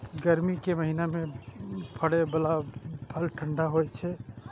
गर्मी के महीना मे फड़ै बला फल ठंढा होइ छै